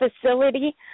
facility